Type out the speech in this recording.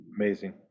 Amazing